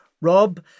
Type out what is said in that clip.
Rob